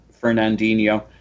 Fernandinho